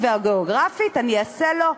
אני אעשה לו,